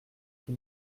qui